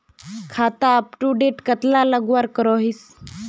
खाता अपटूडेट कतला लगवार करोहीस?